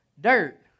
Dirt